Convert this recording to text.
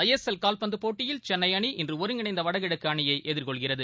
ஐ S L காவ்பந்துப் போட்டியில் சென்னை அணி இன்று ஒருங்கிணைந்த வடகிழக்கு அணியை எதிர்கொள்கிறது